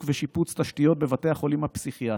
ושיפוץ תשתיות בבתי החולים הפסיכיאטריים.